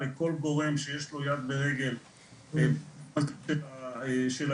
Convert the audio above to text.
לכל גורם שיש לו יד ורגל של ההתמכרויות.